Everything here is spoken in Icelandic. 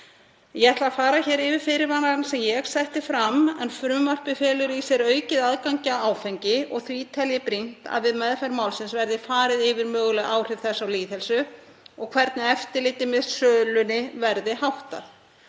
Ég ætla að fara hér yfir fyrirvarana sem ég setti fram. Frumvarpið felur í sér aukið aðgengi að áfengi og því tel ég brýnt að við meðferð málsins verði farið yfir möguleg áhrif þess á lýðheilsu og hvernig eftirliti með sölunni verði háttað.